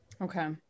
Okay